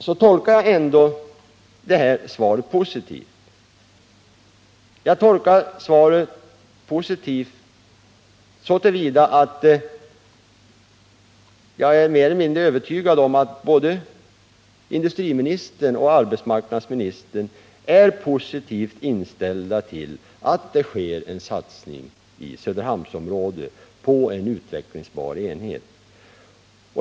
Jag tolkar ändå svaret positivt så till vida att jag är övertygad om att både industriministern och arbetsmarknadsministern är positivt inställda till att satsa på en utvecklingsbar enhet i Söderhamnsområdet.